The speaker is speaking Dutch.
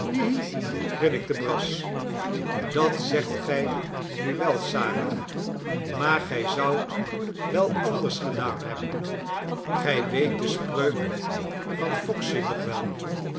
hi hit grinnikte brass dat zegt gij nu wel sara maar gij zoudt wel anders gedaan hebben gij weet de spreuk van foxey nog wel